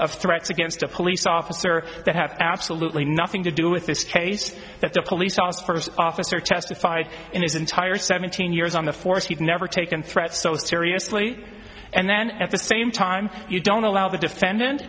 of threats against a police officer that have absolutely nothing to do with this case that the police officer testified in his entire seventeen years on the force he'd never taken threats so seriously and then at the same time you don't allow the defendant